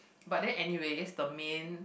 but then anyways the main